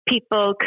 People